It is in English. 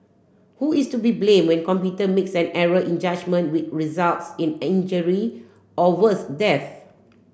who is to be blamed when computer makes an error in judgement which results in injury or worse death